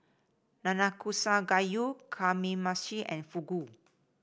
Nanakusa Gayu Kamameshi and Fugu